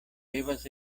devas